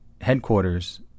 headquarters